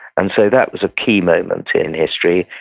and so, that was a key moment in history,